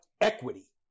equity